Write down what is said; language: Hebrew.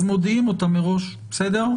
אז מודיעים אותן מראש, בסדר?